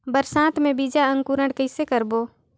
बरसात मे बीजा अंकुरण कइसे करबो?